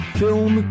film